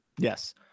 Yes